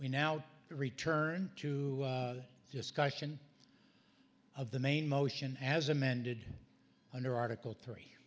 we now return to discussion of the main motion as amended under article three